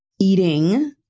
eating